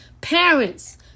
Parents